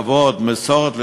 כבוד למסורת,